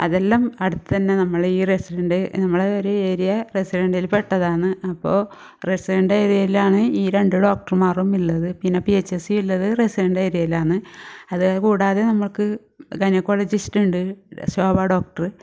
അതെല്ലാം അടുത്ത് തന്നെ നമ്മള ഈ റസിഡൻറ്റ് നമ്മള ഈ ഒര് ഏരിയ റസിഡൻറ്റ് ഇതിൽ പെട്ടതാണ് അപ്പോൾ റസിഡൻറ്റ് ഏരിയയിലാണ് ഈ രണ്ട് ഡോക്ടർമാറും ഉള്ളത് പിന്നെ പി എച്ച് സി ഉള്ളത് റസിഡൻറ്റ് ഏരിയയിലാണ് അതുകൂടാതെ നമുക്ക് ഗൈനക്കോളജിസ്റ്റ് ഉണ്ട് ശോഭ ഡോക്ടർ